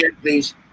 please